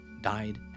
died